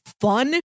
fun